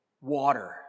water